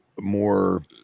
more